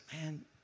man